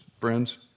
friends